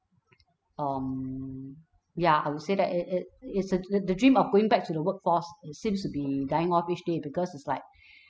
um ya I would say that it it is a the dream of going back to the workforce seems to be dying off each day because it's like